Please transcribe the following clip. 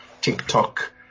TikTok